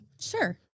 Sure